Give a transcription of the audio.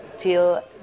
till